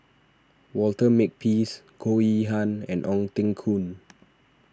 Walter Makepeace Goh Yihan and Ong Teng Koon